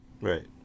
Right